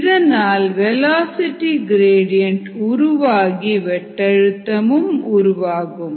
இதனால் velocity gradient உருவாகி வெட்டழுத்தமும் உருவாகும்